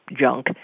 junk